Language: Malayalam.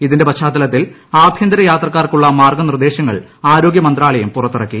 ഇതിന്റെ പാശ്ചാത്തലത്തിൽ ആഭ്യന്തര യാത്രക്കാർക്കായുള്ള മാർഗനിർദേശങ്ങൾ ആരോഗൃമന്ത്രാലയം പുറത്തിറക്കി